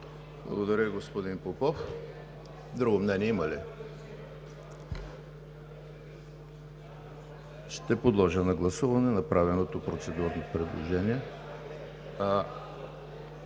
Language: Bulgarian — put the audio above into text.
Благодаря, господин Попов. Друго мнение има ли? Ще подложа на гласуване направеното процедурно предложение.